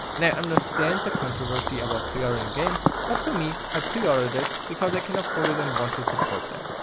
and i understand the controversy about pre-ordering games, but for me i preordered it because i can afford it and i want to support them.